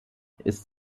ist